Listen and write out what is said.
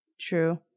True